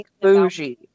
bougie